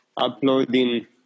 uploading